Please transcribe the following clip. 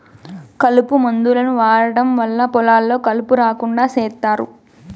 కలుపు మందులను వాడటం వల్ల పొలాల్లో కలుపు రాకుండా చేత్తారు